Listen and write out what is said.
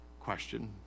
question